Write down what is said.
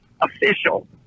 official